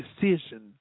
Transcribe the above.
decision